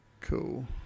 Cool